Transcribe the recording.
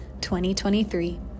2023